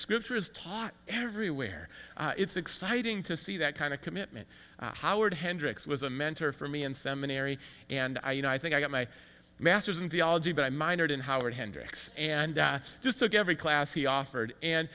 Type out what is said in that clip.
scripture is taught everywhere it's exciting to see that kind of commitment howard hendricks was a mentor for me and seminary and i you know i think i got my master's in theology but i minored in howard hendricks and i just took every class he offered and